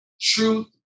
Truth